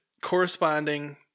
corresponding